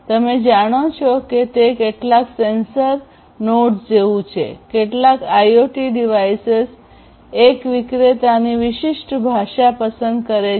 તમે જાણો છો કે તે કેટલાક સેન્સર ગાંઠો જેવું છે કેટલાક આઇઓટી ડિવાઇસેસ એક વિક્રેતાની વિશિષ્ટ ભાષા પસંદ કરે છે